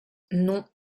non